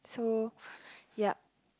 so yup